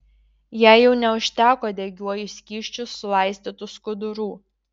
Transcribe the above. jai jau neužteko degiuoju skysčiu sulaistytų skudurų